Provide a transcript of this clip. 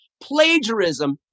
plagiarism